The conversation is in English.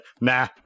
Nah